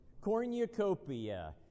Cornucopia